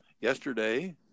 yesterday